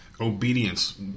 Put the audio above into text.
obedience